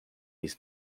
his